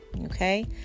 Okay